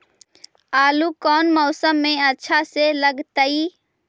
आलू कौन मौसम में अच्छा से लगतैई?